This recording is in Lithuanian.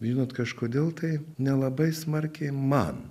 žinot kažkodėl tai nelabai smarkiai man